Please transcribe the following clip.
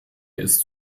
ist